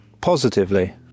positively